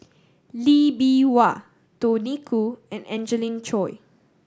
Lee Bee Wah Tony Khoo and Angelina Choy